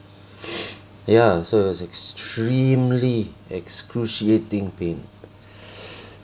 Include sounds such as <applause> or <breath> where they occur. <breath> ya so it was extremely excruciating pain <breath>